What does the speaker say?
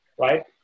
right